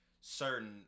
certain